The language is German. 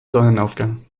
sonnenaufgang